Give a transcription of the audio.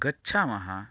गच्छामः